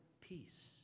peace